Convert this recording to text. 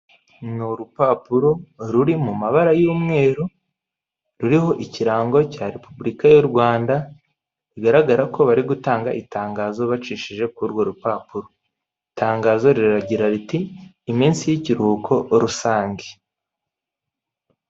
Ni urupapuro ruri mu mabara y'umweru ruriho ikirango cya repubulika y'u Rwanda bigaragara ko bari gutanga itangazo bacishije kuri urwo rupapuro. Itangazo riragira riti iminsi y'ikiruhuko rusange.